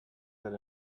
that